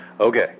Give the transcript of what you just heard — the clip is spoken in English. Okay